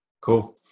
Cool